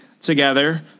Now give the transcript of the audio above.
together